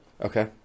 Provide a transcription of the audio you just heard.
Okay